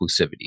exclusivity